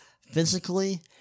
physically